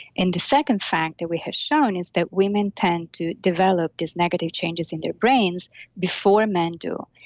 and the second factor we have shown is that women tend to develop these negative changes in their brains before men do,